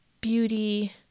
beauty